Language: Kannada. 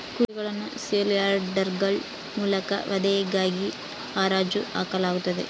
ಕುರಿಗಳನ್ನು ಸೇಲ್ ಯಾರ್ಡ್ಗಳ ಮೂಲಕ ವಧೆಗಾಗಿ ಹರಾಜು ಹಾಕಲಾಗುತ್ತದೆ